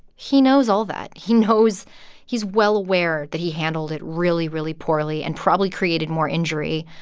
he knows all that. he knows he's well aware that he handled it really, really poorly and probably created more injury